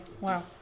wow